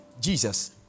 Jesus